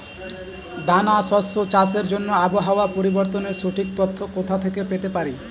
দানা শস্য চাষের জন্য আবহাওয়া পরিবর্তনের সঠিক তথ্য কোথা থেকে পেতে পারি?